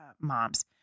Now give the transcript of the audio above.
moms